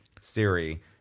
Siri